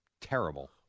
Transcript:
terrible